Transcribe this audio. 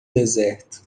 deserto